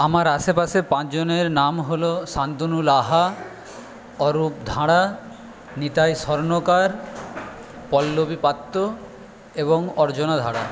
আমার আশেপাশের পাঁচজনের নাম হলো শান্তনু লাহা অরূপ ধাড়া নিতাই স্বর্ণকার পল্লবী পাত্র এবং অর্জনা ধাড়া